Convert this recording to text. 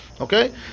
Okay